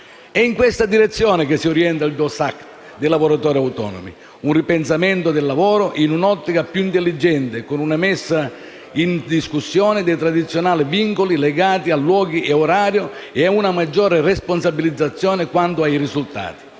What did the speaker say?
È in questa direzione che si orienta il jobs act dei lavoratori autonomi: un ripensamento del lavoro in un’ottica più intelligente, con una messa in discussione dei tradizionali vincoli legati a luoghi e orario, e a una maggiore responsabilizzazione quanto ai risultati;